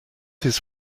his